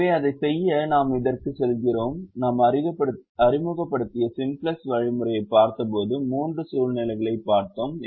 எனவே அதைச் செய்ய நாம் இதற்குச் செல்கிறோம் நாம் அறிமுகப்படுத்திய சிம்ப்ளக்ஸ் வழிமுறையைப் பார்த்தபோது மூன்று சூழ்நிலைகளைப் பார்த்தோம்